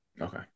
Okay